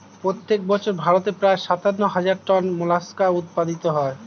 প্রত্যেক বছর ভারতে প্রায় সাতান্ন হাজার টন মোলাস্কা উৎপাদিত হয়